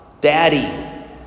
Daddy